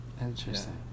Interesting